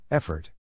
Effort